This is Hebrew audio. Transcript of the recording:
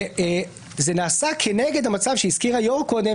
זה נעשה כנגד המצב שהזכיר היושב-ראש קודם,